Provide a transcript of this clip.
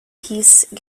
peace